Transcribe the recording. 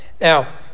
Now